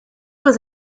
was